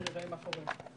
תכף נראה מה קורה.